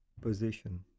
position